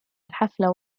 الحفلة